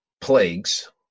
plagues